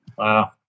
Wow